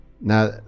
now